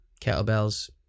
kettlebells